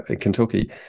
Kentucky